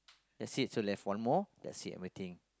that's it so left one more that's it everything